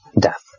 death